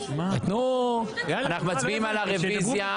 אנחנו מצביעים על הרוויזיה.